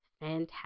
fantastic